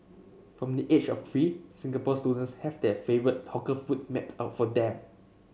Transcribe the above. from the age of three Singapore students have their favourite hawker food mapped out for them